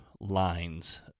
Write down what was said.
lines